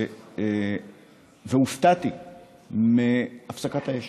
והופתעתי מהפסקת האש,